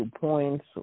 points